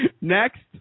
Next